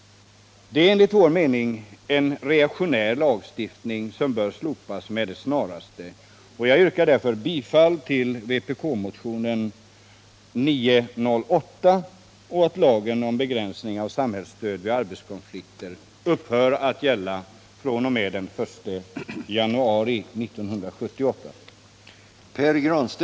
Det är enligt vår mening en reaktionär lagstiftning som bör slopas med det snaraste.